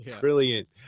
brilliant